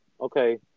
okay